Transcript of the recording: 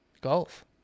Golf